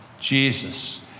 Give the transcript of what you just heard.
Jesus